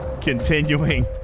continuing